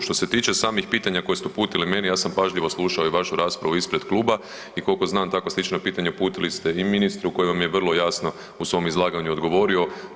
Što se tiče samih pitanja koje ste uputili meni, ja sam pažljivo slušao i vašu raspravu ispred kluba i koliko znam, takva slična pitanja uputili ste i ministru, koji vam je vrlo jasno u svom izlaganju odgovorio.